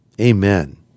amen